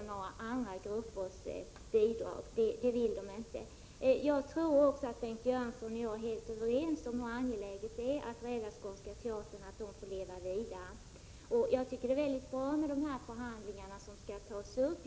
till andra teatergrupper. Jag tror också att Bengt Göransson och jag är helt överens om hur angeläget det är att rädda Skånska teatern och låta den leva vidare. Jag tycker det är mycket bra att förhandlingar skall tas upp.